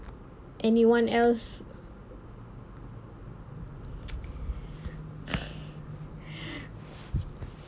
anyone else